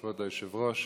כבוד היושב-ראש,